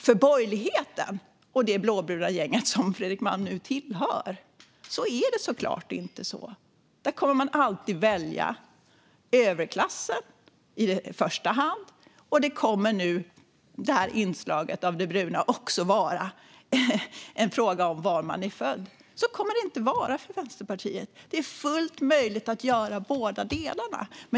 För borgerligheten och det blåbruna gänget, som Fredrik Malm nu tillhör, är det såklart inte så. Där kommer man alltid att välja överklassen i första hand. Det kommer nu, med inslaget av det bruna, också att vara en fråga om var en person är född. Så kommer det inte att vara för Vänsterpartiet. Det är fullt möjligt att göra båda delarna.